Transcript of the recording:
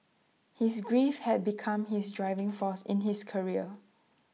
his grief had become his driving force in his career